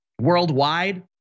worldwide